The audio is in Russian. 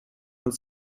над